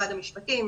משרד המשפטים,